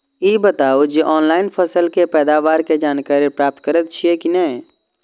ई बताउ जे ऑनलाइन फसल के पैदावार के जानकारी प्राप्त करेत छिए की नेय?